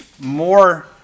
more –